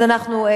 אז אנחנו,